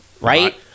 Right